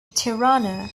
tirana